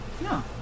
No